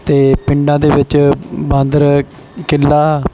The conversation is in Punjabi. ਅਤੇ ਪਿੰਡਾਂ ਦੇ ਵਿੱਚ ਬਾਂਦਰ ਕਿੱਲਾ